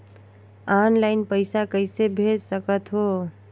Online पइसा कइसे भेज सकत हो?